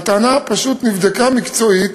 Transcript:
הטענה פשוט נבדקה מקצועית.